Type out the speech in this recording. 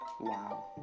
wow